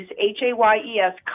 H-A-Y-E-S